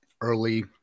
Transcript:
early